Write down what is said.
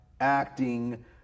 acting